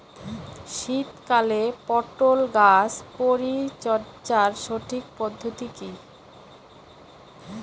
শীতকালে পটল গাছ পরিচর্যার সঠিক পদ্ধতি কী?